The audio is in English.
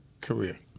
career